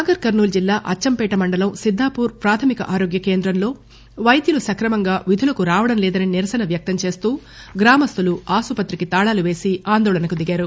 నాగర్ కర్నూలు జిల్లా అచ్చంపేట మండలం సిద్దాపూర్ ప్రాథమిక ఆరోగ్య కేంద్రంలో వైద్యులు సక్రమంగా విధులకు రావడం లేదని నిరసన వ్యక్తంచేస్తూ గ్రామస్తులు ఆస్పత్రికి తాళాలు వేసి ఆందోళనకు దిగారు